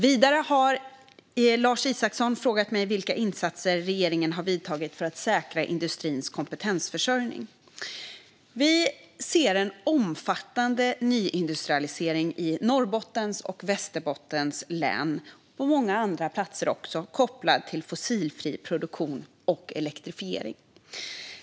Vidare har Lars Isacsson frågat mig vilka insatser regeringen har vidtagit för att säkra industrins kompetensförsörjning. Vi ser en omfattande nyindustrialisering i Norrbottens och Västerbottens län och på många andra platser kopplad till fossilfri produktion och elektrifiering.